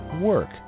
work